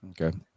Okay